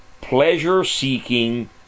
pleasure-seeking